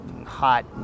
hot